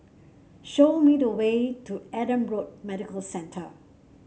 show me the way to Adam Road Medical Centre